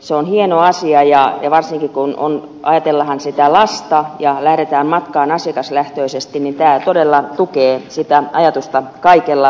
se on hieno asia ja varsinkin kun ajatellaan lasta ja lähdetään matkaan asiakaslähtöisesti tämä todella tukee sitä ajatusta kaikella lailla